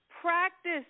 practice